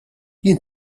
jien